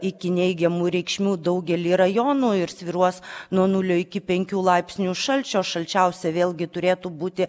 iki neigiamų reikšmių daugely rajonų ir svyruos nuo nulio iki penkių laipsnių šalčio šalčiausia vėlgi turėtų būti